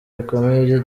bikomeye